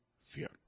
fear